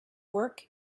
work